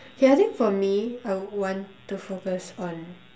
okay I think for me I would want to focus on